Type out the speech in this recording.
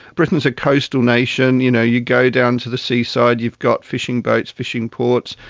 britain is a coastal nation. you know, you go down to the seaside, you've got fishing boats, fishing ports,